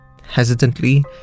hesitantly